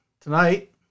Tonight